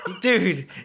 dude